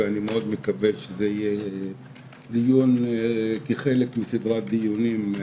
ואני מאוד מקווה שזה יהיה דיון כחלק מסדרת דיונים.